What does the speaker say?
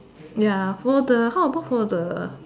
ya for the how about for the